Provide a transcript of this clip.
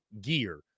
gear